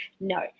no